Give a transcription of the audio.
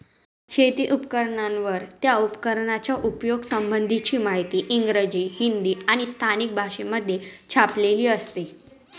शेती उपकरणांवर, त्या उपकरणाच्या उपयोगा संबंधीची माहिती इंग्रजी, हिंदी आणि स्थानिक भाषेमध्ये छापलेली असते